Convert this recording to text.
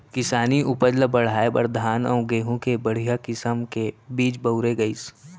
किसानी उपज ल बढ़ाए बर धान अउ गहूँ के बड़िहा किसम के बीज बउरे गइस